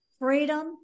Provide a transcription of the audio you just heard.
freedom